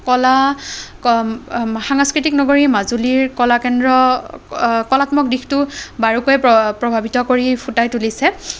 কলা সাংস্কৃতিক নগৰী মাজুলীৰ কলা কেন্দ্ৰ কলাত্মক দিশটো বাৰুকৈ প্ৰ প্ৰভাৱিত কৰি ফুটাই তুলিছে